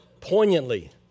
poignantly